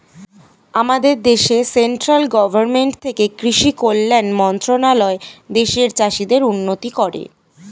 আমাদের দেশে central government থেকে কৃষি কল্যাণ মন্ত্রণালয় দেশের চাষীদের উন্নতি করে